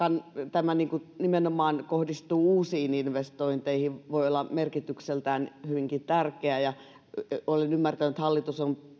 tämä kohdistuu nimenomaan uusiin investointeihin voi olla merkitykseltään hyvinkin tärkeää olen ymmärtänyt että hallitus on